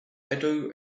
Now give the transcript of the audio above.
edo